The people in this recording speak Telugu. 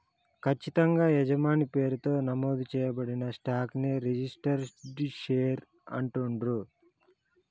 ఖచ్చితంగా యజమాని పేరుతో నమోదు చేయబడిన స్టాక్ ని రిజిస్టర్డ్ షేర్ అంటుండ్రు